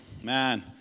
Man